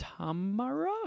Tamara